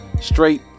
straight